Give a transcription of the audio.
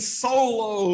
solo